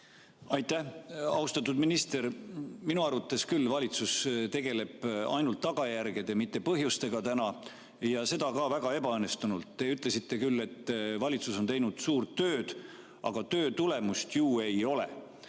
Aitäh! Austatud minister! Minu arvates valitsus tegeleb ainult tagajärgede, mitte põhjustega, ja seda ka väga ebaõnnestunult. Te ütlesite küll, et valitsus on teinud suurt tööd, aga töö tulemust ju ei ole.